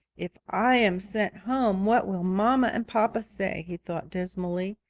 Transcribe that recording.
if i am sent home, what will mamma and papa say? he thought dismally.